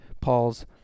Paul's